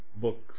books